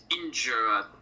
injure